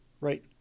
right